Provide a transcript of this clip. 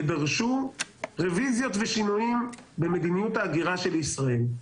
ודרשו רוויזיות ושינויים במדיניות ההגירה של ישראל.